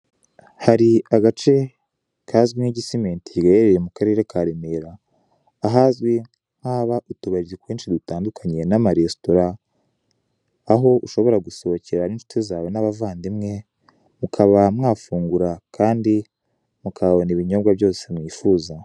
Hari agace kazwi nk'igisimenti, gaherereye mu karere ka Remera, ahazwi nk'ahaba utubari twinshi dutandukanye, n'amaresitora, aho ushobora gusohokera n'inshuti zawe n'abavandimwe, mukaba mwafungura kandi mukahabona ibinyobwa byose mwifuza.